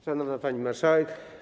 Szanowna Pani Marszałek!